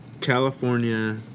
California